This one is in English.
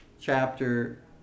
chapter